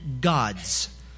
gods